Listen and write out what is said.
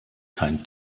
kein